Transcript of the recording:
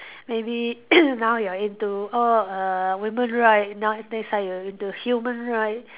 maybe now you are into oh err women right now next time you into human right